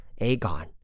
Aegon